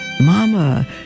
Mama